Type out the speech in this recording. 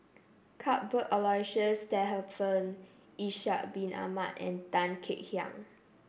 Cuthbert Aloysius Shepherdson Ishak Bin Ahmad and Tan Kek Hiang